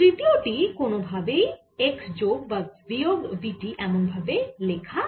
তৃতীয় টি কোন ভাবেই x যোগ বা বিয়োগ v t এমন ভাবে লেখা যাবেনা